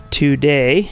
today